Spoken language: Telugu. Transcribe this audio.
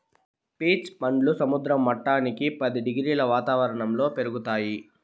పీచ్ పండ్లు సముద్ర మట్టానికి పది డిగ్రీల వాతావరణంలో పెరుగుతాయి